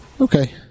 Okay